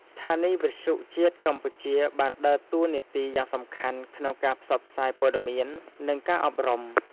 ស្ថានីយវិទ្យុជាតិកម្ពុជាបានដើរតួនាទីយ៉ាងសំខាន់ក្នុងការផ្សព្វផ្សាយព័ត៌មាន និងការអប់រំ។